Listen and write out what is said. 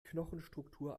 knochenstruktur